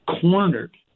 cornered